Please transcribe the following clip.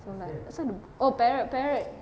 so like asal ada bur~ oh parrot parrot